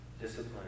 discipline